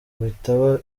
bitaba